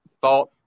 thought